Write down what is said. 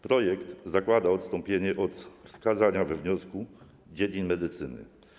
Projekt zakłada odstąpienie od wskazania we wniosku dziedzin medycyny.